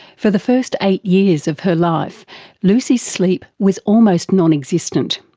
for the first eight years of her life lucy's sleep was almost non-existent,